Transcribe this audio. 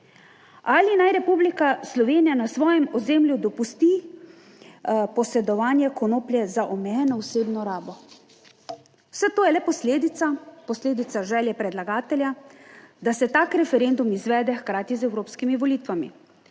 ali naj Republika Slovenija na svojem ozemlju dopusti posedovanje konoplje za omejeno osebno rabo? Vse to je le posledica, posledica želje predlagatelja, da se tak referendum izvede hkrati z evropskimi volitvami.